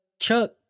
Chuck